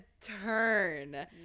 turn